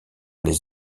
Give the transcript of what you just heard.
les